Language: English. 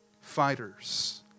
Fighters